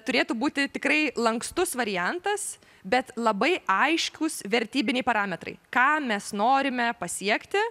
turėtų būti tikrai lankstus variantas bet labai aiškūs vertybiniai parametrai ką mes norime pasiekti